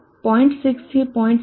6 થી 0